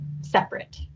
separate